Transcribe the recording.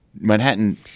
Manhattan